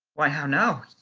why how now